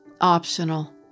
optional